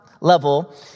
level